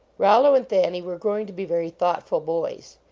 rollo and thanny were growing to be very thoughtful boys.